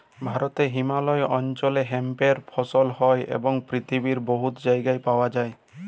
ভারতে হিমালয় অল্চলে হেম্পের ফসল হ্যয় এবং পিথিবীর বহুত জায়গায় পাউয়া যায়